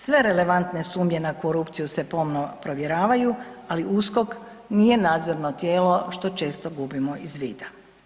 Sve relevantne sumnje na korupciju se pomno provjeravaju ali USKOK nije nadzorno tijelo što često gubimo iz vida.